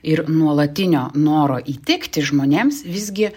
ir nuolatinio noro įtikti žmonėms visgi